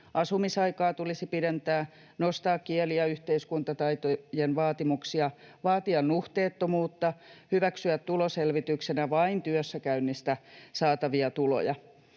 Asumisaikaa tulisi pidentää, nostaa kieli- ja yhteiskuntataitojen vaatimuksia, vaatia nuhteettomuutta, hyväksyä tuloselvityksenä vain työssäkäynnistä saatavia tuloja.